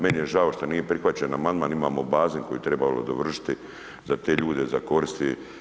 Meni je žao što nije prihvaćen amandman, imamo bazen koji treba dovršiti za te ljude, za koristi.